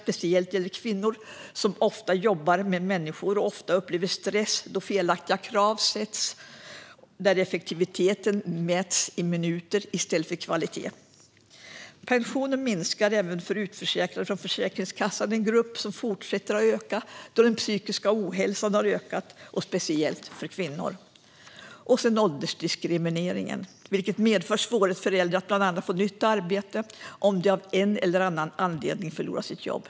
Speciellt gäller det de kvinnor som jobbar med människor och ofta upplever stress då felaktiga krav ställs och effektivitet mäts i minuter i stället för i kvalitet. Pensionen minskar även för utförsäkrade från Försäkringskassan. Det är en grupp som fortsätter att öka då den psykiska ohälsan har ökat, speciellt hos kvinnor. Så har vi åldersdiskrimineringen. Den medför svårigheter för äldre att bland annat få nytt arbete om de av en eller annan anledning förlorar sitt jobb.